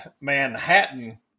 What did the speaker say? Manhattan